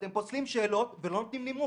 אתם פוסלים שאלות, ולא נותנים נימוק.